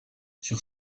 sur